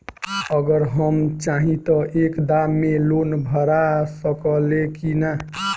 अगर हम चाहि त एक दा मे लोन भरा सकले की ना?